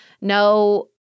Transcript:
no